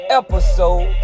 episode